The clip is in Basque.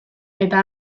eta